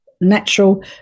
natural